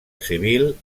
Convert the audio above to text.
civil